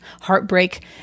heartbreak